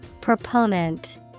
Proponent